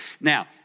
Now